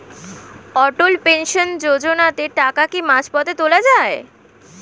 অটল pension যোজনাতে টাকা কি মাঝপথে তোলা যায়?